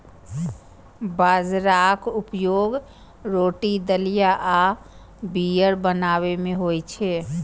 बाजराक उपयोग रोटी, दलिया आ बीयर बनाबै मे होइ छै